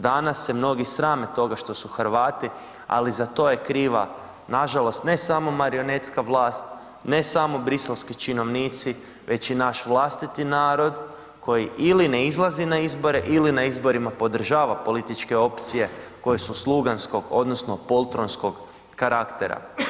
Danas se mnogi srame toga što su Hrvati ali za to je kriva nažalost ne samo marionetska vlast, ne samo briselski činovnici već i naš vlastiti narod koji ili ne izlazi na izbore ili na izborima podržava političke opcije koje su sluganskog, odnosno poltronskog karaktera.